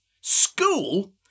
School